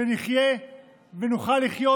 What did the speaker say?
שנחיה ונוכל לחיות